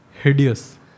hideous